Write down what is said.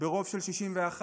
ברוב של 61,